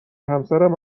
همسرم